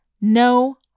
no